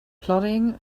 plodding